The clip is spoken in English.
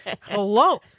Hello